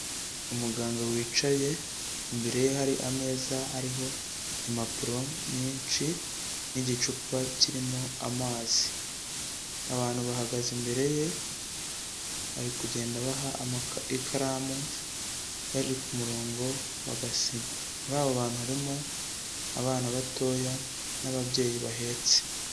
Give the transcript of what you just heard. Umuganga wicaye, imbere ye hari ameza ariho impapuro nyinshi, n'igicupa kirimo amazi, abantu bahagaze imbere ye, bari kugenda baha ikaramu, bari ku murongo bagasinya, muri abo bantu harimo abana batoya n'ababyeyi bahetse.